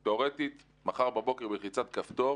תיאורטית, מחר בבוקר בלחיצת כפתור